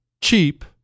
cheap